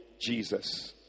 Jesus